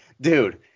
dude